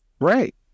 Right